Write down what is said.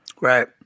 right